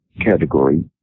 category